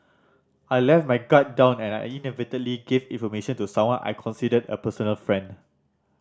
I let my guard down and inadvertently gave information to someone I considered a personal friend